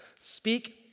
Speak